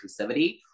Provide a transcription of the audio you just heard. inclusivity